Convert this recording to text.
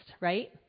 Right